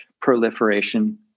proliferation